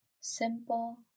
simple